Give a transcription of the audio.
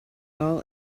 all